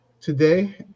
today